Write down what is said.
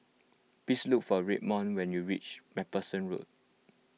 please look for Redmond when you reach MacPherson Road